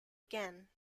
again